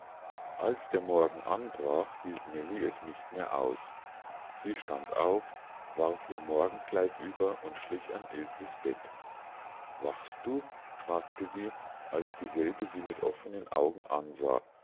als der morgen anbrach hielt nellie es nicht mehr aus sie stand auf warf ihr morgenkleid über und schlich an ilses bett wachst du fragte sie als dieselbe sie mit offenen augen ansah